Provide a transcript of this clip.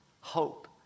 hope